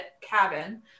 cabin